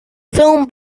film